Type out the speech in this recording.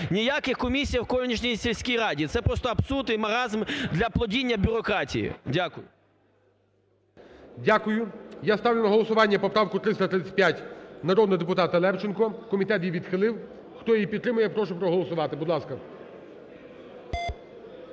Ніяких комісій в ………. сільській раді. Це просто абсурд і маразм для плодіння бюрократії. Дякую. ГОЛОВУЮЧИЙ. Дякую. Я ставлю на голосування поправку 335 народного депутата Левченка, комітет її відхилив. Хто її підтримує, я прошу проголосувати. Будь ласка.